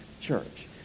church